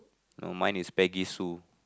no mine is Peggy Sue